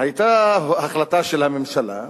היתה החלטה של הממשלה,